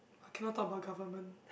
I cannot talk about government